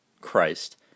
Christ